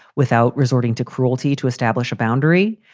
without resorting to cruelty, to establish a boundary,